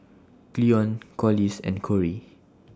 Cleone Corliss and Corie